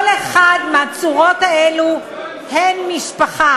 כל אחת מהצורות האלה היא משפחה.